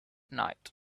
night